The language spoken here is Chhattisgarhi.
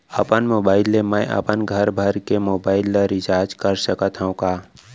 अपन मोबाइल ले मैं अपन घरभर के मोबाइल ला रिचार्ज कर सकत हव का?